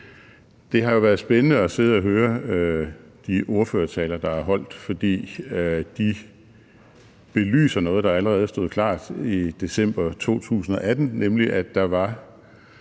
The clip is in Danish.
Det har jo været spændende at sidde og høre de ordførertaler, der er blevet holdt, fordi de belyser noget, der allerede stod klart i december 2018, nemlig at der var